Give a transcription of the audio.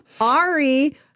Ari